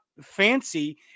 fancy